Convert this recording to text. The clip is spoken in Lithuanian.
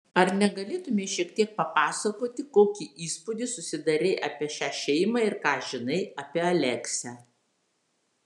ar negalėtumei šiek tiek papasakoti kokį įspūdį susidarei apie šią šeimą ir ką žinai apie aleksę